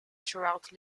throughout